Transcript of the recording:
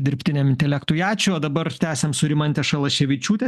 dirbtiniam intelektui ačiū o dabar tęsiam su rimante šalaševičiūte